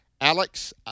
Alex